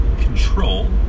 control